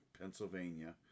Pennsylvania